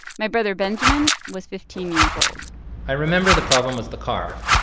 my brother, benjamin, was fifteen years old i remember the problem was the car.